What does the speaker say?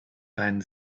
keinen